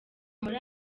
muri